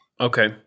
Okay